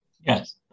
Yes